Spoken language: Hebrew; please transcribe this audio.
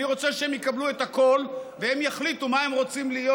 אני רוצה שהם יקבלו את הכול והם יחליטו מה הם רוצים להיות.